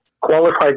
qualified